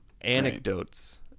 anecdotes